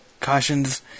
cautions